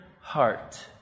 heart